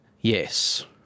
Yes